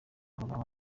kagame